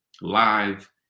live